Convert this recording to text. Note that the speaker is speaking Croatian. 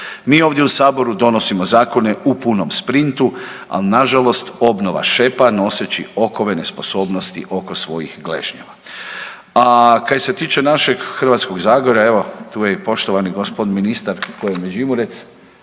Mi ovdje u Saboru donosimo zakone u punom sprintu, ali nažalost obnova šepa noseći okove nesposobnosti oko svojih gležnjeva. A kaj se tiče našeg Hrvatskog zagorja, evo, tu je i poštovani g. ministar koji je Međimurec,